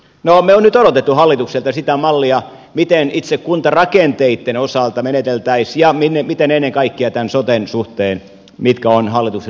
no me olemme nyt odottaneet hallitukselta sitä mallia miten itse kuntarakenteitten osalta meneteltäisiin ja ennen kaikkea tämän soten suhteen mitkä ovat hallituksen linjat